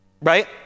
Right